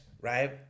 right